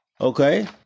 Okay